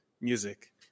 music